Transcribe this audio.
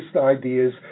ideas